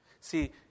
See